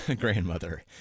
grandmother